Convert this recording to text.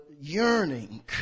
yearning